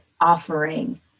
offering